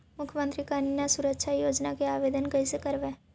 मुख्यमंत्री कन्या सुरक्षा योजना के आवेदन कैसे करबइ?